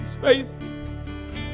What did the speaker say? faith